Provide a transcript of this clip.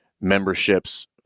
memberships